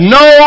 no